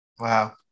Wow